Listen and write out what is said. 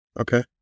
Okay